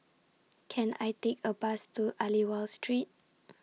Can I Take A Bus to Aliwal Street